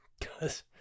cause